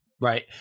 Right